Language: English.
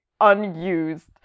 unused